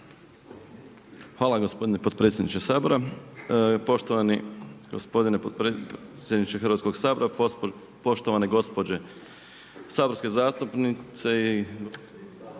Hvala gospodine potpredsjedniče Sabora, poštovani gospodine potpredsjedniče Hrvatskoga sabora, poštovane gospođe saborske zastupnice